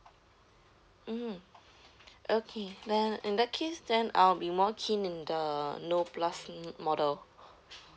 mm okay then in that case then I'll be more keen in the no plus m~ model